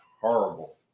horrible